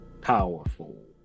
Powerful